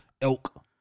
elk